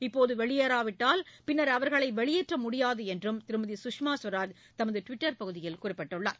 இப்போது வெளியேறாவிட்டால் பின்னர் அவர்களை வெளியேற்ற முடியாது என்றும் திருமதி சுஷ்மா சுவராஜ் தமது டுவிட்டர் பகுதியில் குறிப்பிட்டுள்ளார்